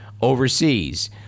overseas